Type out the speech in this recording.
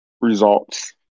results